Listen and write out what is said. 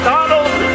Donald